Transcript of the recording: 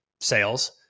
sales